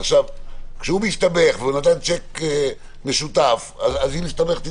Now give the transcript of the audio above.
כלומר מי שחוותה את הטרור הזה וסוף-סוף הצליחה לצאת